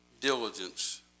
diligence